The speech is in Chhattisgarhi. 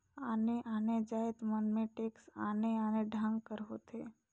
आने आने जाएत मन में टेक्स आने आने ढंग कर होथे